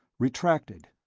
retracted.